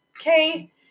Okay